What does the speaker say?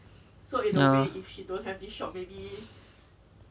nah